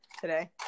today